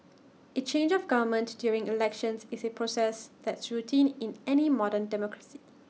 A change of government during elections is A process that's routine in any modern democracy